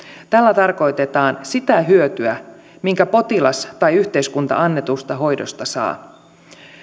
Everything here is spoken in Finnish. tällä tarkoitetaan sitä hyötyä minkä potilas tai yhteiskunta annetusta hoidosta saa